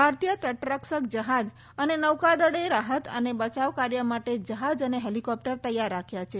ભારતીય તટરક્ષક જહાજ અને નૌકાદળે રાહત અને બચાવ કાર્ય માટે જહાજ અને હેલિકોપ્ટર તૈયાર રાખ્યા છે